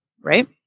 Right